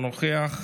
אינו נוכח,